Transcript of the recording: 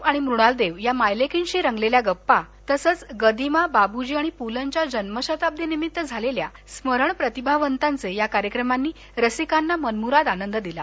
वीणा देव आणि मृणाल देव या मायलेकींशी रंगलेल्या गप्पा तसच गदिमा बाबुजी आणि पुलंच्या जन्मशताब्दिनिमित्त झालेला स्मरण प्रतिभावंतांचे या कार्यक्रमांनी रसिकांना मनमुराद आनंद दिला